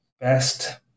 best